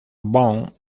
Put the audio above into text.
bond